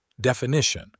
Definition